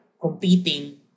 competing